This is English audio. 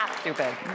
Stupid